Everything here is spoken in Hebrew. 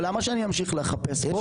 למה שאני אמשיך לחפש פה?